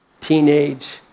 teenage